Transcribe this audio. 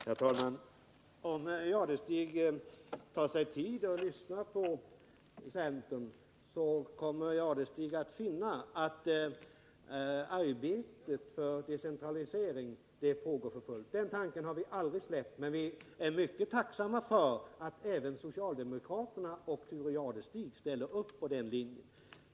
Herr talman! Om Thure Jadestig tar sig tid och lyssnar på centern, så kommer herr Jadestig att finna att arbetet för decentralisering pågår för fullt. Den tanken har vi aldrig släppt. Men vi är mycket tacksamma för att även socialdemokraterna och Thure Jadestig ställer upp på den linjen.